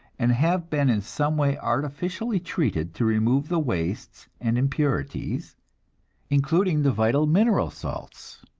and have been in some way artificially treated to remove the wastes and impurities including the vital mineral salts.